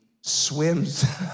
swims